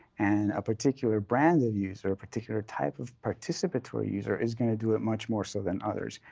and a particular brand of user, a particular type of participatory user is going to do it much more so than others.